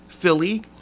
Philly